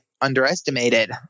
underestimated